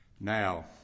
Now